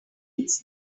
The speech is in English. means